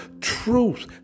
truth